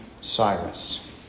Cyrus